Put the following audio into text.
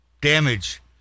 damage